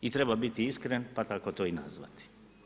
I treba biti iskren pa tako to i nazvati.